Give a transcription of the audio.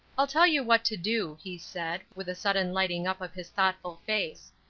i'll tell you what to do, he said, with a sudden lighting up of his thoughtful face.